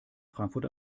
frankfurt